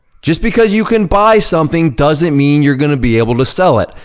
just because you can buy something doesn't mean you're gonna be able to sell it.